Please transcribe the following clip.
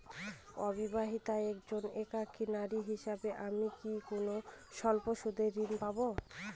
অবিবাহিতা একজন একাকী নারী হিসেবে আমি কি কোনো স্বল্প সুদের ঋণ পাব?